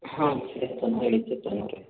ಹಾಂ ಚೇತನ್ ಹೇಳಿ ಚೇತನ್ ಅವರೇ